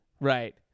Right